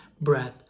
breath